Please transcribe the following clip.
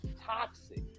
toxic